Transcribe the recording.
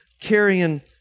carrying